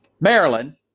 Maryland